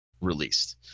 released